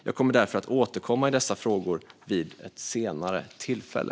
Jag kommer därför att återkomma i dessa frågor vid ett senare tillfälle.